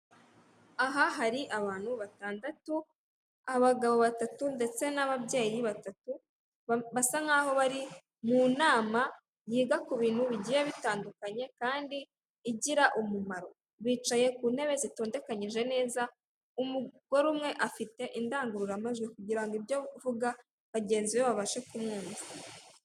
Aha hari abantu batandatu, abagabo batatu ndetse n'ababyeyi batatu, basa nkaho bari mu nama, yiga ku bintu bigiye bitandukanye kandi igira umumaro, bicaye ku ntebe zitondekanyije neza, umugore umwe afite indangururamajwi kugira ngo ibyo uvuga bagenzi be babashe kumwumva.